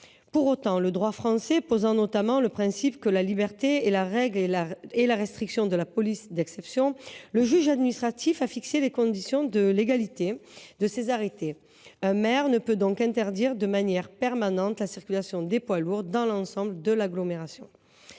Cela étant, le droit français posant comme principe que la liberté est la règle et la restriction de police l’exception, le juge administratif a fixé les conditions de légalité de tels arrêtés : un maire ne peut donc interdire, de manière permanente, la circulation des poids lourds dans l’ensemble de l’agglomération.